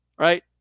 Right